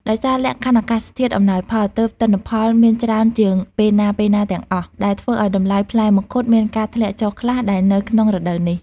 ដោយសារលក្ខខណ្ឌអាកាសធាតុអំណោយផល ទើបទិន្នផលមានច្រើនជាងពេលណាៗទាំងអស់ ដែលធ្វើឲ្យតម្លៃផ្លែមង្ឃុតមានការធ្លាក់ចុះខ្លះដែរនៅក្នុងរដូវនេះ។